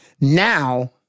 Now